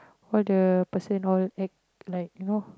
all the person all act like you know